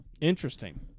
Interesting